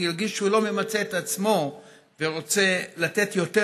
כי הרגיש שהוא לא ממצה את עצמו ורוצה לתת יותר